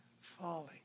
falling